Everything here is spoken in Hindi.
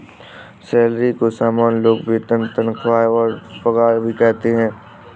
सैलरी को सामान्य लोग वेतन तनख्वाह और पगार भी कहते है